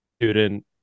student